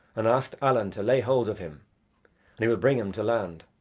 and asked allen to lay hold of him and he would bring him to land.